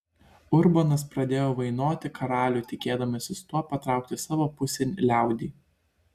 urbonas pradėjo vainoti karalių tikėdamasis tuo patraukti savo pusėn liaudį